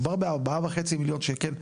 מדובר ב-4.5 מיליון שקלים,